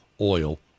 oil